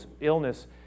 illness